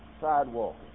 sidewalk